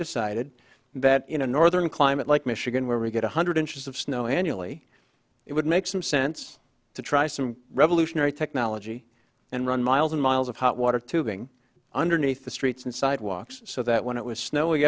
decided that in a northern climate like michigan where we get one hundred inches of snow annually it would make some sense to try some revolutionary technology and run miles and miles of hot water tubing underneath the streets and sidewalks so that when it was snow